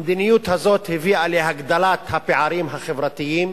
המדיניות הזאת הביאה להגדלת הפערים החברתיים,